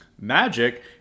magic